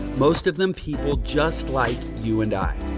most of them, people just like you and i.